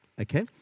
Okay